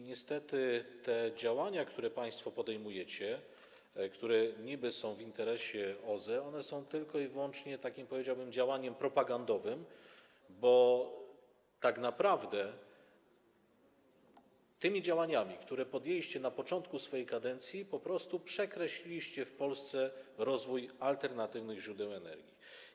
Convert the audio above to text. Niestety te działania, które państwo podejmujecie, niby są w interesie OZE, a one są tylko i wyłącznie takim, powiedziałbym, działaniem propagandowym, bo tak naprawdę tymi działaniami, które podjęliście na początku swojej kadencji, po prostu przekreśliliście w Polsce rozwój alternatywnych źródeł energii.